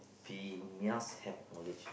be must have knowledge